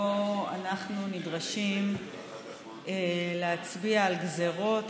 שבו אנחנו נדרשים להצביע על גזרות,